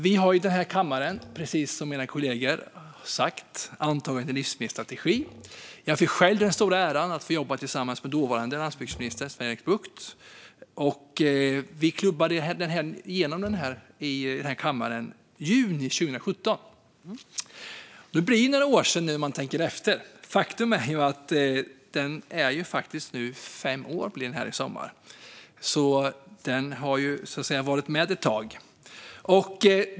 Vi har i den här kammaren, precis som mina kollegor sagt, antagit en livsmedelsstrategi. Jag fick själv den stora äran att få jobba tillsammans med dåvarande landsbygdsminister Sven-Erik Bucht. Vi klubbade igenom den i kammaren i juni 2017. Det är några år sedan om man tänker efter. Faktum är att den nu blir fem år i sommar. Den har varit med ett tag.